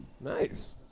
Nice